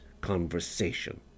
conversation